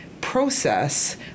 process